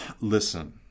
listen